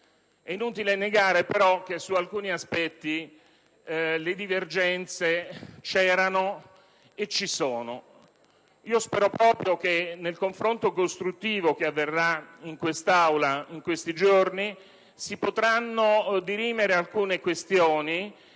È inutile negare però che su alcuni aspetti le divergenze c'erano e ci sono. Spero proprio che nel confronto costruttivo che avverrà in Aula in questi giorni si potranno dirimere alcune questioni